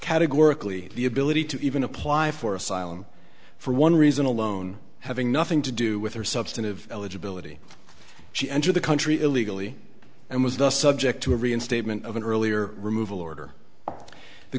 categorically the ability to even apply for asylum for one reason alone having nothing to do with her substantive eligibility she entered the country illegally and was thus subject to a reinstatement of an earlier removal order the